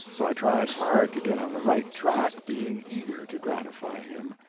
so i tried hard to get on the right track, being eager to gratify him.